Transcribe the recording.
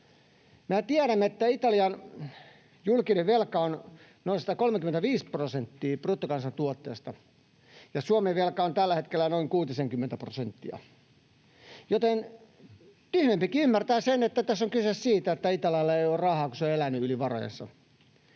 Mehän tiedämme, että Italian julkinen velka on noin 135 prosenttia bruttokansantuotteesta ja Suomen velka on tällä hetkellä kuutisenkymmentä prosenttia, joten tyhmempikin ymmärtää sen, että tässä on kyse siitä, että Italialla ei ole rahaa, kun se on elänyt yli varojensa.